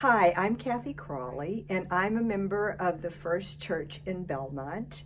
hi i'm candy crowley and i'm a member of the st church in belmont